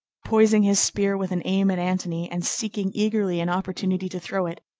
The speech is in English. poising his spear with an aim at antony, and seeking eagerly an opportunity to throw it,